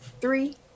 three